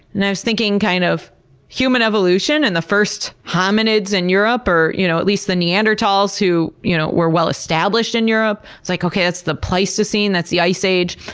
and i was thinking kind of human evolution and the first hominids in europe, or you know at least the neanderthals who you know were well established in europe, it's like, okay it's the pleistocene, that's the ice age.